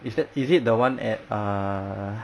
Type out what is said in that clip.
is that is it the one at err